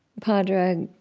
padraig,